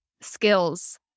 skills